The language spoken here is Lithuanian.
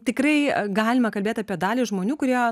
tikrai galima kalbėt apie dalį žmonių kurie